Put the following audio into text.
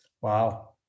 Wow